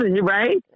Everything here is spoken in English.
Right